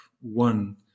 one